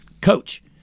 Coach